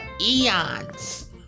eons